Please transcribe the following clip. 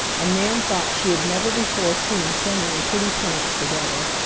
and nan thought she had never before seen so many pretty plants together.